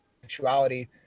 sexuality